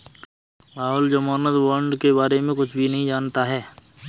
राहुल ज़मानत बॉण्ड के बारे में कुछ भी नहीं जानता है